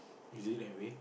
is it that way